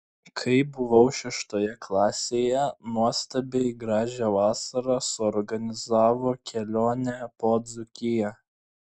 kai buvau šeštoje klasėje nuostabiai gražią vasarą suorganizavo kelionę po dzūkiją